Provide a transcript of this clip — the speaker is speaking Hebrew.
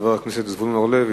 חבר הכנסת זבולון אורלב,